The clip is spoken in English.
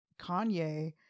kanye